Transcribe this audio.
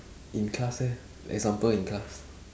in class eh example in class